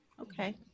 okay